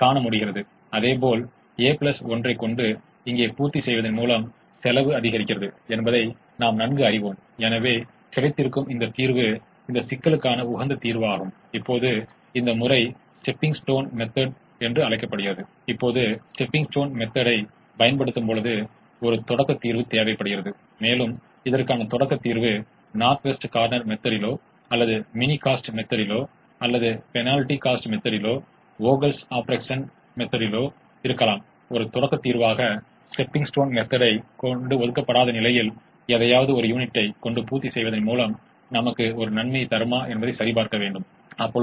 யோசனை என்னவென்றால் இது ஒரு முதன்மை அல்லது இரட்டை என்பதை குறைக்கும் சிக்கல் அந்த குறைத்தல் சிக்கலுக்கான ஒவ்வொரு சாத்தியமான தீர்வும் இரட்டை எழுதப்படும்போது அதனுடன் தொடர்புடைய அதிகபட்சமாக்கல் சிக்கலுக்கான ஒவ்வொரு சாத்தியமான தீர்வையும் விட அதிகமாகவோ அல்லது சமமாகவோ ஒரு புறநிலை செயல்பாட்டு மதிப்பைக் கொண்டிருக்கும்